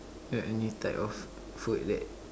you know any type of food that